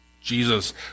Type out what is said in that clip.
Jesus